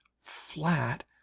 flat